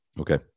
Okay